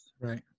Right